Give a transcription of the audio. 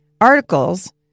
articles